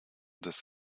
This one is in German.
des